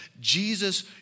Jesus